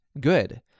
good